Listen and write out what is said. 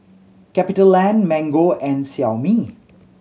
CapitaLand Mango and Xiaomi